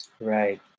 Right